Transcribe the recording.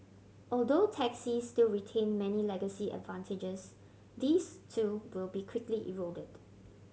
although taxis still retain many legacy advantages these too will be quickly eroded